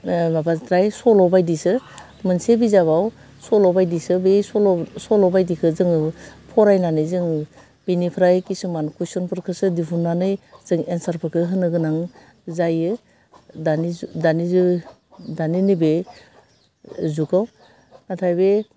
माबाद्राय सल' बायदिसो मोनसे बिजाबाव सल' बायदिसो बे सल' सल' बायदिखो जोङो फरायनानै जोङो बेनिफ्राय खिसुमान कुइशनफोरखौसो दिहुन्नानै जों एनसारफोरखो होनो गोनां जायो दानि जु दानि जोह दानि नैबे जुगाव नाथाय बे